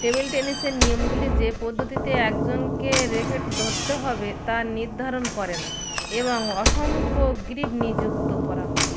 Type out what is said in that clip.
table টেনিসের নিয়মগুলি যে পদ্ধতিতে একজনকে র্যাকেট ধরতে হবে তা নির্ধারণ করে না এবং অসংখ্য গ্রিপ নিযুক্ত করা হয়